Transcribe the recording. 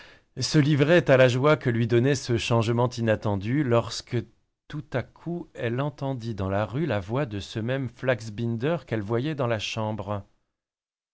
se livrait à la joie que lui donnait ce changement inattendu lorsque tout-à-coup elle entendit dans la rue la voix de ce même flaxbinder qu'elle voyait dans la chambre